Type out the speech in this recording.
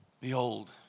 Behold